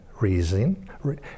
reason